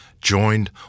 joined